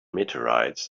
meteorites